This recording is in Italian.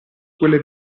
quelle